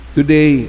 Today